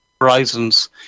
Horizons